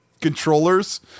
controllers